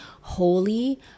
holy